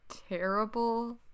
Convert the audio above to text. terrible